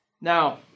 Now